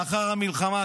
לאחר המלחמה,